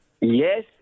Yes